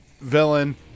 villain